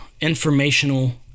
Informational